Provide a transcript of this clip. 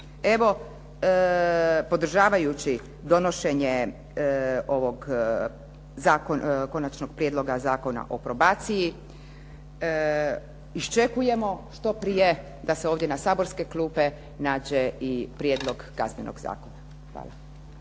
Evo, podržavajući donošenje ovog Konačnog prijedloga zakona o probaciji iščekujemo što prije da se ovdje na saborske klupe nađe i prijedlog Kaznenog zakona. Hvala.